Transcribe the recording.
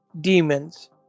demons